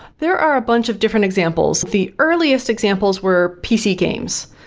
there are a bunch of different examples, the earliest examples were pc games.